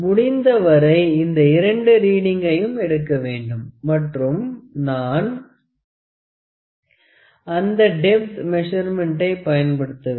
முடிந்த வரை இந்த இரண்டு ரீடிங்கையும் எடுக்க வேண்டும் மற்றும் நான் அந்த டெப்த் மெசர்மென்ட்டை பயன்படுத்தவில்லை